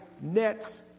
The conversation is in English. nets